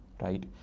right